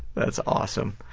that's awesome.